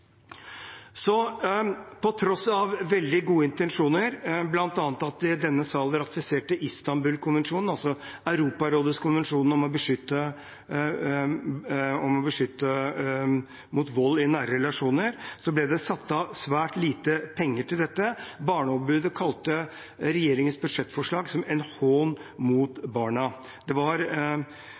så mange at politiet rapporterer at de ikke greier å håndtere det. Sju av ti saker mot barn ble henlagt i 2017. På tross av veldig gode intensjoner, bl.a. at denne sal ratifiserte Istanbul-konvensjonen, altså Europarådets konvensjon om å beskytte mot vold i nære relasjoner, ble det satt av svært lite penger til dette. Barneombudet kalte regjeringens budsjettforslag en